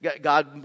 God